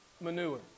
manure